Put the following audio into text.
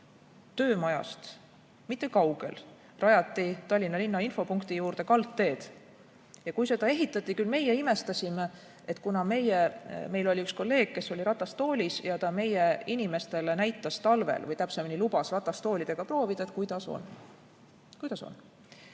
töömajast mitte kaugel rajati Tallinna linna infopunkti juurde kaldteed ja kui seda ehitati, küll meie imestasime. Meil oli üks kolleeg, kes oli ratastoolis, ja ta talvel meie inimestele näitas või täpsemini lubas ratastooliga proovida, kuidas on [kaldteed